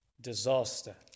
disaster